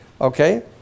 okay